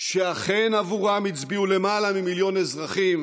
שאכן עבורם הצביעו למעלה ממיליון אזרחים.